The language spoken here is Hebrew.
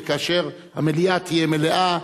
וכאשר המליאה תהיה מלאה,